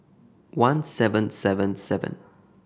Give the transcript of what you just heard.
one seven seven seven